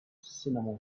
cinnamon